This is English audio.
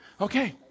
Okay